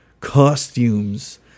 costumes